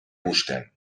busquen